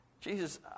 Jesus